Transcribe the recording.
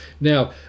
now